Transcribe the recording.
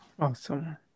awesome